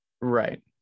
right